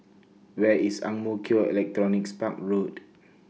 Where IS Ang Mo Kio Electronics Park Road